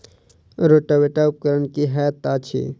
Rotavator उपकरण की हएत अछि?